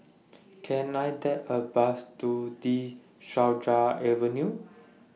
Can I Take A Bus to De Souza Avenue